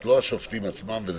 לא השופטים עצמם,